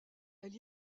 elle